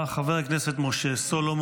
חבר הכנסת משה סולומון,